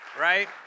right